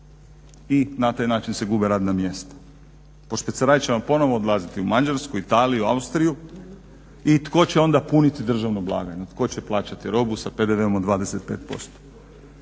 i na taj način se gube radna mjesta. Po špeceraj ćemo ponovo odlaziti u Mađarsku, Italiju, Austriju i tko će onda puniti državnu blagajnu, tko će plaćati robu sa PDV-om od 25%.